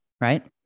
right